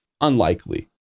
unlikely